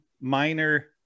minor